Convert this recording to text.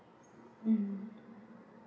mm